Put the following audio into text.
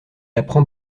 apprend